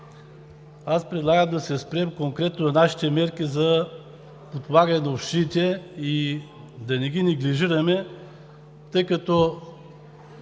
аз предлагам да се спрем конкретно на нашите мерки за подпомагане на общините и да не ги неглижираме, тъй като